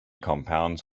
compounds